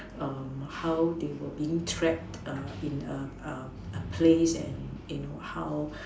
how they were being trapped in a a place and you know how